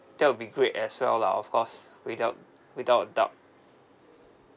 that will be great as well lah of course without without a doubt